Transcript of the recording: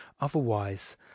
Otherwise